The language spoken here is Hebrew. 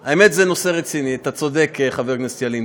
האמת, זה נושא רציני, אתה צודק, חבר הכנסת ילין.